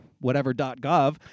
whatever.gov